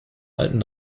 alten